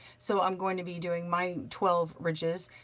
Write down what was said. so i'm going to be doing my twelve ridges,